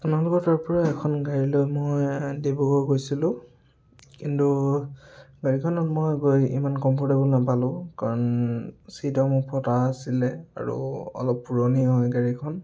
আপোনালোকৰ তাৰ পৰা এখন গাড়ী লৈ মই ডিব্ৰুগড় গৈছিলোঁ কিন্তু গাড়ীখনত মই গৈ ইমান কমফৰ্টেবুল নাপালোঁ কাৰণ ছিটসমূহ ফটা আছিলে আৰু অলপ পুৰণি হয় গাড়ীখন